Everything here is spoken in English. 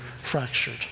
fractured